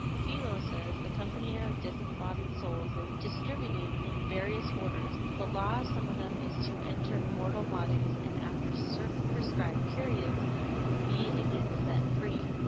philo says the company ah of disembodied souls is distributed in various orders. the law of some of them is to enter mortal bodies, and after certain prescribed periods be again set free.